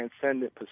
transcendent